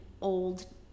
old